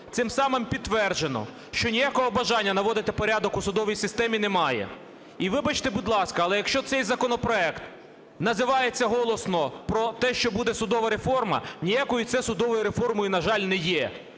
Цим самим підтверджено, що ніякого бажання наводити порядок у судовій системі немає. І вибачте, будь ласка, якщо цей законопроект називається голосно про те, що буде судова реформа, ніякою це судовою реформою, на жаль, не є.